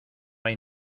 hay